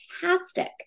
fantastic